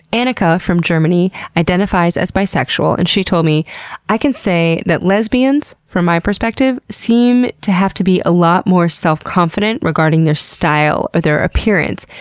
and annika, from germany identifies as bisexual and told me i can say that lesbians, from my perspective, seem to have to be a lot more self confident regarding their style or their appearance,